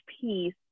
piece